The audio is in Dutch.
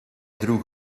droeg